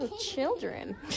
Children